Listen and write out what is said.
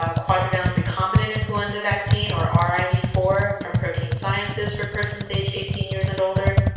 ah quadrivalent recombinant influenza vaccine or r i v four from protein sciences for persons aged eighteen years and older.